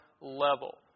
level